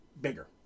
Bigger